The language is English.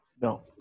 No